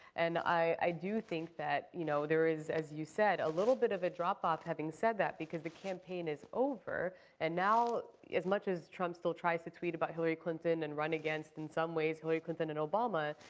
and i do think that you know there is, as you said, a little bit of a drop off having said that. because the campaign is over and now, as much as trump still tries to tweet about hillary clinton and run against in some ways hillary clinton and obama,